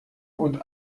und